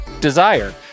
Desire